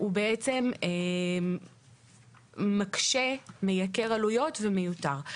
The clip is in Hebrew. בעצם מקשה, מייקר עלויות ומיותר.